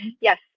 Yes